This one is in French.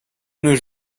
nos